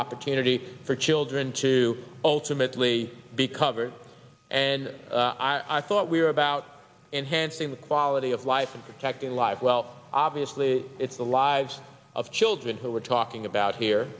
opportunity for children to ultimately be covered and i thought we were about enhancing the quality of life and protecting life well obviously it's the lives of children who we're talking about here